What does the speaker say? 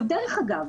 דרך אגב,